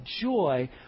joy